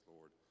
Lord